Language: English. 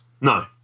No